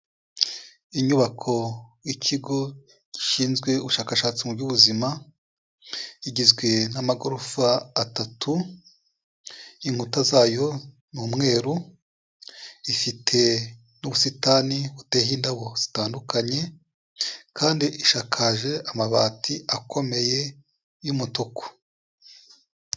Inyubako y'ikigo gishinzwe ubushakashatsi mu by'ubuzima, igizwe n'amagorofa atatu, inkuta zayo ni umweru, ifite n'ubusitani buteyeho indabo zitandukanye kandi ishakaje amabati akomeye y'umutuku.